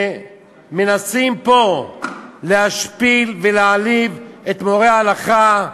ומנסים פה להשפיל ולהעליב את מורי ההלכה,